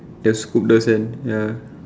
the scoop ya